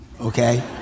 okay